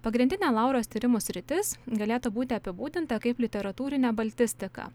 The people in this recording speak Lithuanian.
pagrindinė lauros tyrimų sritis galėtų būti apibūdinta kaip literatūrinė baltistika